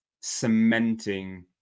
cementing